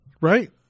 Right